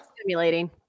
stimulating